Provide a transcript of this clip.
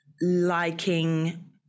liking